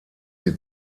sie